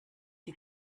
die